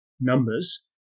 numbers